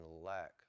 lack